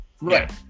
Right